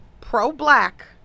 pro-black